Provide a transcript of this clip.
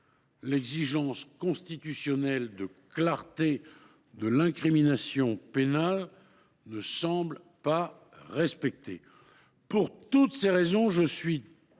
l’exigence constitutionnelle de clarté de l’incrimination pénale ne me semble pas respectée. Pour toutes ces raisons, je suis